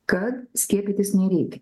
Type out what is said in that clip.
kad skiepytis nereikia